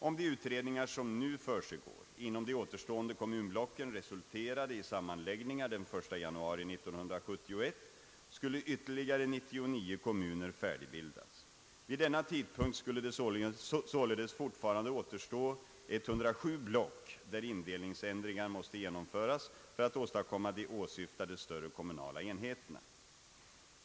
Om de utredningar som nu försiggår inom de återstående kommunblocken resulterade i sammanläggningar den 1 januari 1971 skulle ytterligare 99 kommuner färdigbildas. Vid denna tidpunkt skulle det således fortfarande återstå 107 block där indelningsändringar måste genomföras för att åstadkomma de åsyftade större kommunala enheterna.